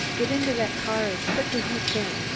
get into that car as quick as you can,